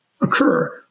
occur